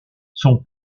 son